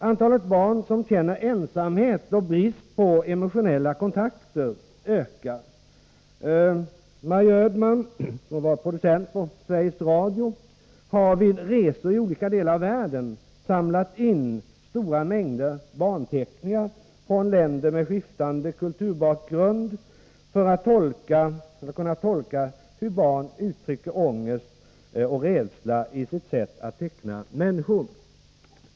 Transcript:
Antalet barn som känner ensamhet och brist på emotionella kontakter ökar. Maj Ödman, som var producent på Sveriges Radio, har vid resor i olika delar av världen samlat in stora mängder barnteckningar från länder med skiftande kulturbakgrund för att kunna tolka hur barn uttrycker ångest och rädsla i sitt sätt att teckna människor.